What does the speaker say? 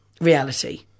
reality